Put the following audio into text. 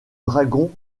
dragons